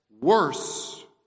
worse